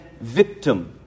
victim